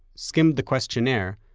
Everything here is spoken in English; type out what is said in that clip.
skimmed the questionnaire,